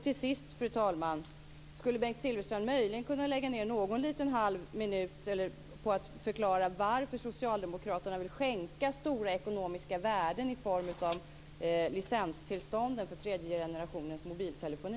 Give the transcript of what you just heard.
Till sist, fru talman: Skulle Bengt Silfverstrand möjligen kunna ägna någon halv minut åt att förklara varför Socialdemokraterna vill skänka stora värden i form av licenstillstånden för tredje generationens mobiltelefoni?